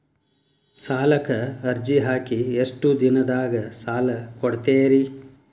ಸಾಲಕ ಅರ್ಜಿ ಹಾಕಿ ಎಷ್ಟು ದಿನದಾಗ ಸಾಲ ಕೊಡ್ತೇರಿ?